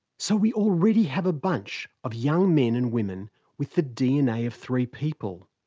so we already have a bunch of young men and women with the dna of three people.